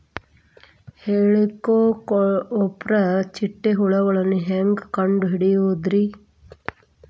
ಹೇಳಿಕೋವಪ್ರ ಚಿಟ್ಟೆ ಹುಳುಗಳನ್ನು ಹೆಂಗ್ ಕಂಡು ಹಿಡಿಯುದುರಿ?